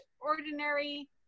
ordinary